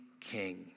king